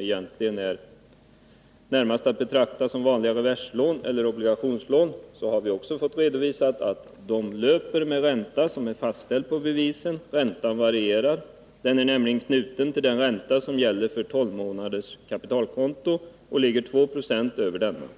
Egentligen är de närmast att betrakta som vanliga reverslån eller obligationslån.” Därefter har vi också fått följande redovisat: ”De löper med ränta, som är fastställd på bevisen. Räntan varierar. Den är nämligen knuten till den ränta som gäller för 12 månaders kapitalkonto och ligger 2 20 över denna.